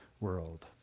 world